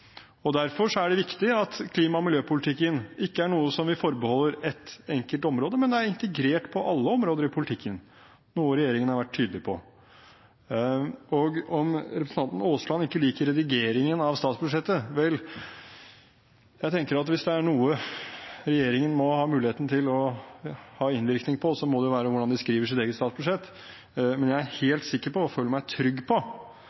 Derfor er det viktig at klima- og miljøpolitikken ikke er noe vi forbeholder ett enkelt område, men at den er integrert i alle områder av politikken – noe som regjeringen har vært tydelig på. Om representanten Aasland ikke liker redigeringen av statsbudsjettet, så tenker jeg at hvis det er noe regjeringen må ha muligheten til å ha innvirkning på, må det jo være hvordan de skriver sitt eget statsbudsjett. Men jeg er helt sikker på og føler meg trygg på